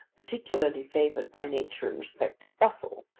particularly favoured by nature in respect of bustle,